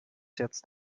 jetzt